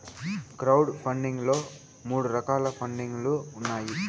crowd funding లో మూడు రకాల పండింగ్ లు ఉన్నాయి